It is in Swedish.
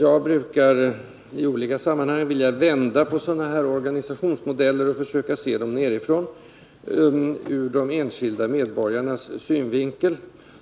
Jag brukar i olika sammanhang — vare sig det gäller det medicinska planet eller något annat — vilja vända på sådana här organisationsmodeller och försöka se dem underifrån, ur de enskilda medborgares synvinkel